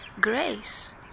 grace